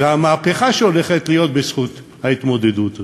והמהפכה, שהולכת להיות בזכות ההתמודדות הזאת.